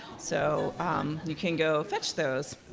so you can go fetch those.